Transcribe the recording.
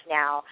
now